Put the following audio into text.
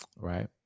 Right